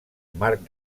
marc